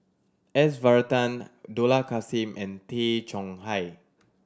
S Varathan Dollah Kassim and Tay Chong Hai